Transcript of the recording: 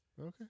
Okay